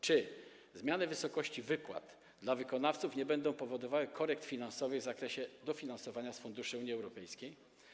Czy zmiany wysokości wypłat dla wykonawców nie będą powodowały korekt finansowych w zakresie dofinansowania z funduszy Unii Europejskiej?